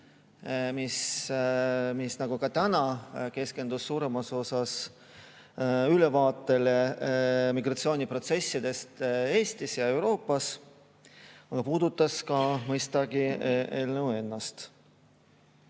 mis, nagu ka täna, keskendus suuremas osas ülevaatele migratsiooniprotsessidest Eestis ja mujal Euroopas. Ta puudutas mõistagi ka